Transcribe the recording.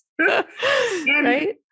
Right